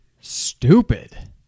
stupid